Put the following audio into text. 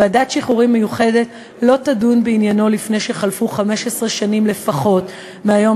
ועדת שחרורים מיוחדת לא תדון בעניינו לפני שחלפו 15 שנים לפחות מהיום